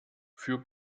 für